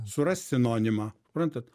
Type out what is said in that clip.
surast sinonimą suprantat